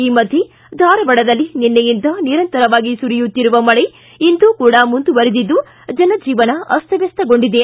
ಈ ಮಧ್ಯೆ ಧಾರವಾಡದಲ್ಲಿ ನಿನ್ನೆಯಿಂದ ನಿರಂತರವಾಗಿ ಸುರಿಯುತ್ತಿರುವ ಮಳೆ ಇಂದು ಕೂಡ ಮುಂದುವರಿದಿದ್ದು ಜನಜೀವನ ಅಸ್ತವ್ಯಸ್ತಗೊಂಡಿದೆ